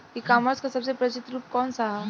ई कॉमर्स क सबसे प्रचलित रूप कवन सा ह?